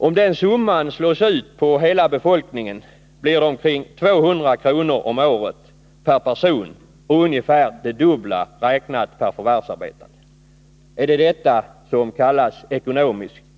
Om den summan slås ut på hela befolkningen, blir det omkring 200 kr. om året per person och ungefär det dubbla räknat per förvärvsarbetande. Är det detta som kallas ekonomisk katastrof?